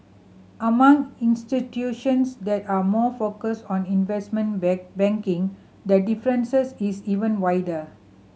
among institutions that are more focused on investment bank banking that differences is even wider